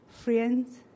friends